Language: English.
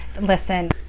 Listen